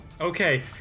Okay